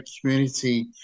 community